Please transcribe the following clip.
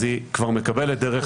אז היא כבר מקבלת דרך זה